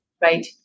right